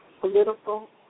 political